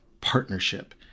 partnership